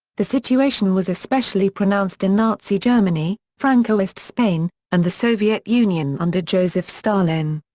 the situation was especially pronounced in nazi germany, francoist spain, and the soviet union under joseph stalin.